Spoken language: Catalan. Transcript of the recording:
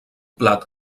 plat